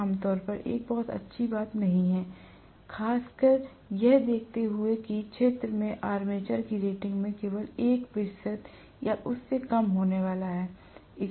यह आमतौर पर एक बहुत अच्छी बात नहीं है खासकर यह देखते हुए कि क्षेत्र में आर्मेचर की रेटिंग में केवल 1 प्रतिशत या उससे कम होने वाला है